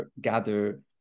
gather